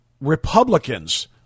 Republicans